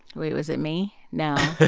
was it was it me? no